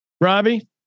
Robbie